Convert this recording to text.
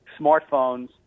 smartphones